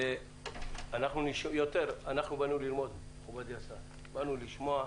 אנחנו באנו ללמוד ולשמוע.